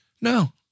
No